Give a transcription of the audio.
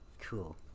Cool